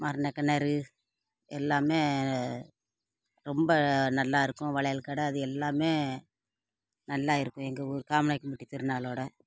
மரண கிணறு எல்லாம் ரொம்ப நல்லாயிருக்கும் வளையல் கடை அது எல்லாம் நல்லா இருக்கும் எங்கள் ஊர் காமநாயக்கன் பட்டி திருநாளோடய